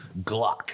Glock